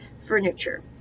furniture